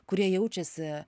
kurie jaučiasi